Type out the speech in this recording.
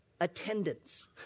Attendance